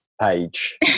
page